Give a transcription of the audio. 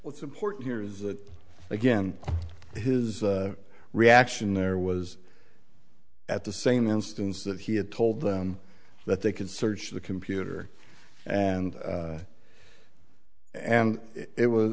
what's important here is that again his reaction there was at the same instance that he had told them that they could search the computer and and it was